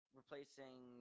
replacing